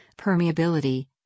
permeability